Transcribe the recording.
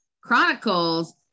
Chronicles